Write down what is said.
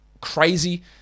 Crazy